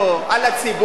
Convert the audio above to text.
על הציבור,